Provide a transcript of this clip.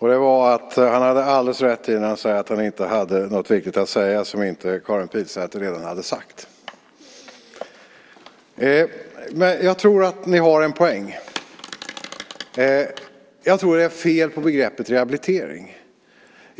nämligen att han hade alldeles rätt när han sade att han inte hade något viktigt att säga som inte Karin Pilsäter redan hade sagt. Jag tror att ni har en poäng. Jag tror att det är fel på begreppet rehabilitering.